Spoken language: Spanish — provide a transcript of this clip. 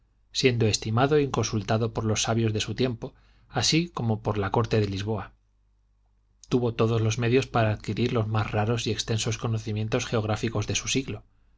siendo estimado y consultado por los sabios de su tiempo así como por la corte de lisboa tuvo todos los medios para adquirir los más raros y extensos conocimientos geográficos de su siglo